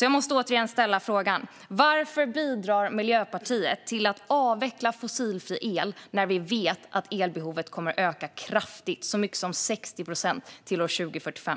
Jag måste återigen ställa frågan: Varför bidrar Miljöpartiet till att avveckla fossilfri el när vi vet att elbehovet kommer att öka kraftigt, så mycket som 60 procent, till år 2045?